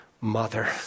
mother